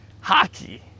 Hockey